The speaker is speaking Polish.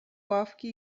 ławki